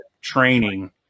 training